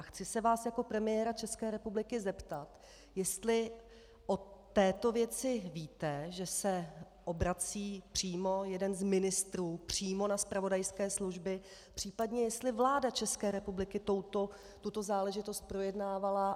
Chci se vás jako premiéra České republiky zeptat, jestli o této věci víte, že se obrací přímo jeden z ministrů přímo na zpravodajské služby, případně jestli vláda České republiky tuto záležitost projednávala.